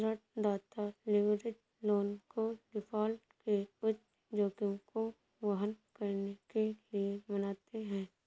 ऋणदाता leverage loan को default के उच्च जोखिम को वहन करने के लिए मानते हैं